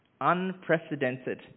Unprecedented